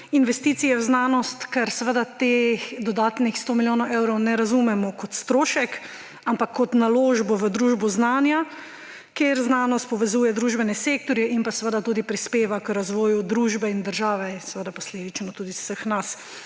investicije v znanost, ker seveda teh dodatnih 100 milijonov evrov ne razumemo kot strošek, ampak kot naložbo v družbo znanja, kjer znanost povezuje družbene sektorje in tudi prispeva k razvoju družbe in države in seveda posledično tudi vseh nas,